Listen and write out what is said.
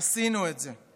עשינו את זה.